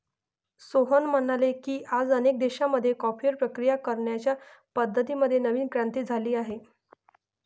सोहन म्हणाले की, आज अनेक देशांमध्ये कॉफीवर प्रक्रिया करण्याच्या पद्धतीं मध्ये नवीन क्रांती झाली आहे